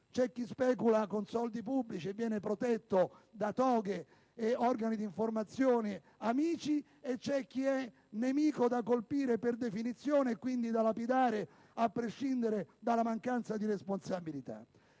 c'è chi specula con soldi pubblici, e viene protetto da toghe ed organi di informazione amici, e c'è chi è nemico da colpire per definizione, e quindi da lapidare a prescindere dalla mancanza di responsabilità.